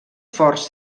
forts